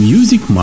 Music